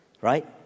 right